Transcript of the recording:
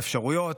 באפשרויות,